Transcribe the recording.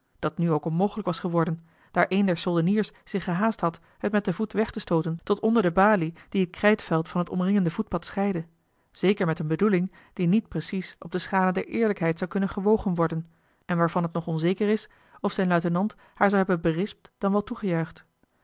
dat nu ook onmogelijk was geworden daar een der soldeniers zich gehaast had het met den voet weg te stooten tot onder de balie die het krijtveld van het omringende voetpad scheidde zeker met eene bedoeling die niet precies op de schale der eerlijkheid zou kunnen gewogen worden en waarvan het nog onzeker is of zijn luitenant haar zou hebben berispt dan